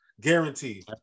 Guaranteed